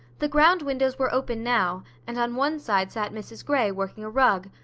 the ground-windows were open now, and on one side sat mrs grey, working a rug,